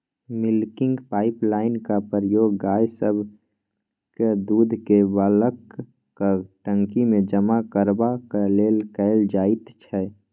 milking पाइपलाइनक प्रयोग गाय सभक दूधकेँ बल्कक टंकीमे जमा करबाक लेल कएल जाइत छै